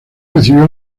recibió